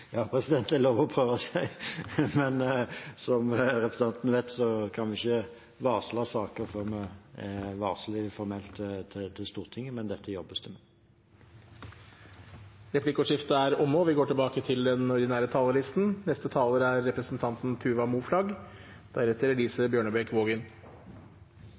Det er lov å prøve seg. Men som representanten Toppe vet, kan vi ikke varsle saker før vi formelt har varslet dem til Stortinget, men dette jobbes det med. Replikkordskiftet er omme. De talere som heretter får ordet, har en taletid på inntil 3 minutter. Det som er